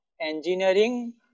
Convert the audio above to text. engineering